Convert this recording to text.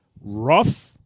rough